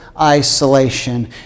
isolation